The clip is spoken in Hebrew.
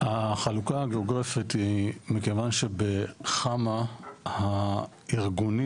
החלוקה הגאוגרפית היא מכיוון שבחמה הארגונים